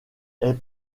est